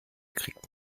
kriegt